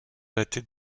datés